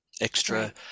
extra